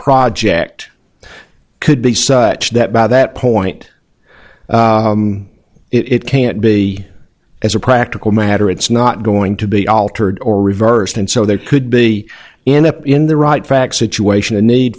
project could be such that by that point it can't be as a practical matter it's not going to be altered or reversed and so there could be in up in the right track situation a need